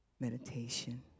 meditation